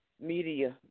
media